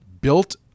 built